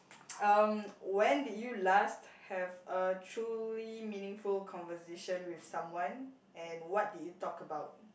um when did you last have a truly meaningful conversation with someone and what did you talk about